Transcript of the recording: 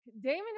Damon